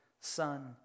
son